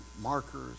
markers